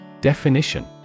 definition